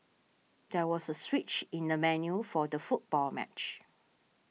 there was a switch in the venue for the football match